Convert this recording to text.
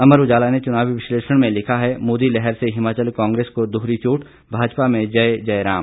अमर उजाला ने चुनावी विश्लेषण में लिखा है मोदी लहर से हिमाचल कांग्रेस को दोहरी चोट भाजपा में जय जय राम